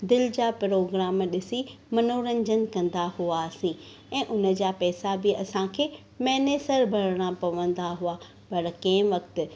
दिलि जा प्रोग्राम ॾिसी मनोरंजनु कंदा हुआसीं ऐं उनजा पैसा बि असांखे महिने सां भरणा पवंदा हुआ पर कंहिं वक़्तु